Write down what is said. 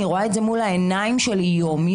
אני רואה את זה מול העיניים שלי יום-יום.